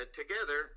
together